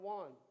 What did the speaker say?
one